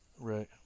Right